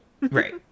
right